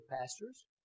pastors